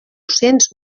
cents